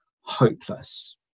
hopeless